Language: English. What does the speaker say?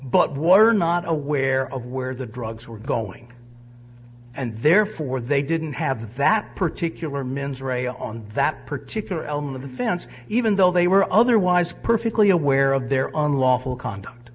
but water not aware of where the drugs were going and therefore they didn't have that particular mens rea on that particular element offense even though they were otherwise perfectly aware of their on lawful con